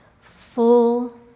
full